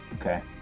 okay